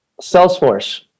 Salesforce